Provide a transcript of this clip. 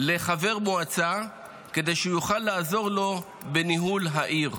לחבר מועצה כדי שהוא יוכל לעזור לו בניהול העיר.